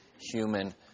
human